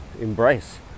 embrace